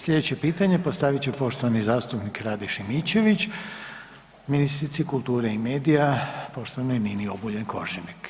Sljedeće pitanje postavit će poštovani zastupnik Rade Šimičević ministrici kulture i medija poštovanoj Nini Obuljen Koržinek.